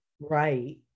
Right